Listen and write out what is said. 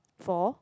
for